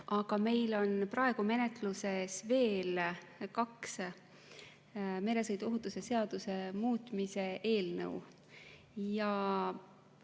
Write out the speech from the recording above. Aga meil on praegu menetluses veel kaks meresõiduohutuse seaduse muutmise eelnõu.